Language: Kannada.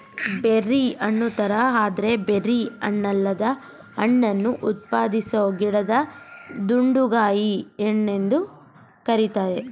ಬೆರ್ರಿ ಹಣ್ಣುತರ ಆದ್ರೆ ಬೆರ್ರಿ ಹಣ್ಣಲ್ಲದ ಹಣ್ಣನ್ನು ಉತ್ಪಾದಿಸೊ ಗಿಡನ ದುಂಡುಗಾಯಿ ಹಣ್ಣೆಂದು ಕರೀತಾರೆ